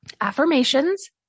affirmations